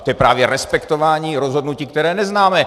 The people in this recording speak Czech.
To je právě respektování rozhodnutí, které neznáme.